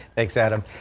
thanks adam.